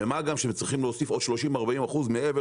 ומה גם שהם צריכים להוסיף עוד 30%-40% מעבר